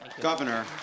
Governor